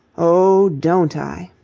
oh, don't i!